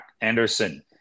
Anderson